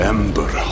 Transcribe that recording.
Ember